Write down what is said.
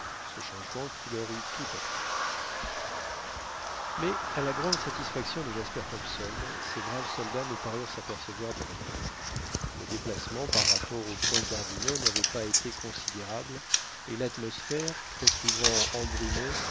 ce changement qui leur eût tout appris mais à la grande satisfaction de jasper hobson ces braves soldats ne parurent s'apercevoir de rien le déplacement par rapport aux points cardinaux n'avait pas été considérable et l'atmosphère très souvent embrumée